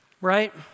Right